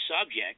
subject